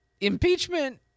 impeachment